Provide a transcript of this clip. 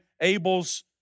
Abel's